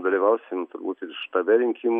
dalyvausim turbut ir štabe rinkim